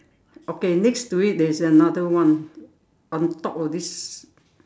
okay next to it there's another one on top of this